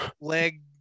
leg